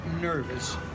nervous